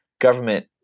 government